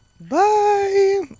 Bye